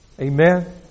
Amen